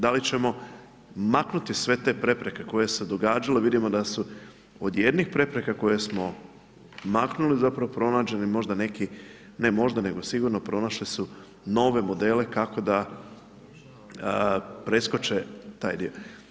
Da li ćemo maknuti sve te prepreke koje se događale, vidimo da su od jednih prepreka koje smo maknuli zapravo pronađeni možda neki, ne možda nego sigurno pronašli su nove modele kako da preskoče taj dio.